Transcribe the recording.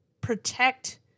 protect